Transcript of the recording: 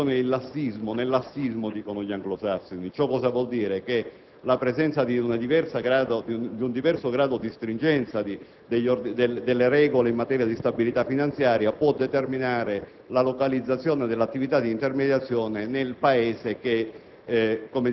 (competizione nel lassismo, dicono gli anglosassoni). Ciò vuol dire che la presenza di un diverso grado di stringenza delle regole in materia di stabilità finanziaria può determinare la localizzazione dell'attività di intermediazione nel Paese che